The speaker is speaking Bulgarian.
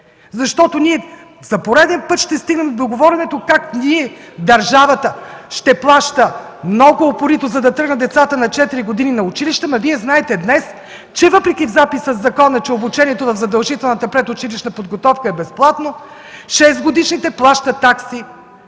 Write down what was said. за пореден път ще стигнем до говоренето как ние, държавата, ще плаща много упорито, за да тръгнат децата на четири години на училище. Ама, Вие знаете днес, че въпреки записа в закона, че обучението в задължителната предучилищна подготовка е безплатно, шестгодишните плащат такси,